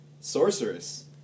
sorceress